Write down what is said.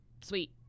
Sweet